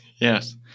Yes